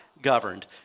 governed